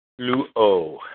Luo